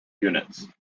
units